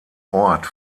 ort